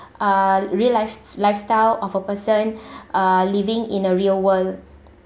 uh real life lifestyle of a person uh living in a real world